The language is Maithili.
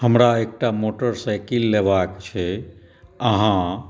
हमरा एकटा मोटरसाइकिल लेबाक छै अहाँ